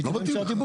לא מתאים לך.